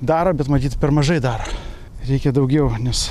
daro bet matyt per mažai daro reikia daugiau nes